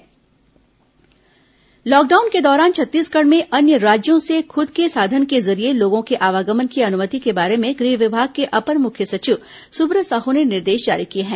corona आवागमन अनुमति lockdown के दौरान छत्तीसगढ़ में अन्य राज्यों से खुद के साधन के जरिये लोगों के आवागमन की अनुमति के बारे में गृह विभाग के अपर मुख्य सचिव सुब्रत साहू ने निर्देश जारी किए हैं